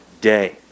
day